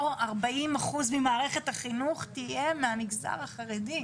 40% ממערכת החינוך תהיה מהמגזר החרדי,